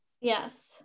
Yes